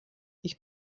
ich